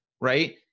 right